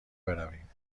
برویم